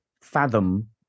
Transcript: fathom